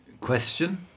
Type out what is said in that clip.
question